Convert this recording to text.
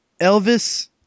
Elvis